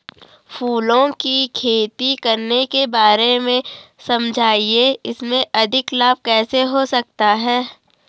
फूलों की खेती करने के बारे में समझाइये इसमें अधिक लाभ कैसे हो सकता है?